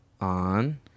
On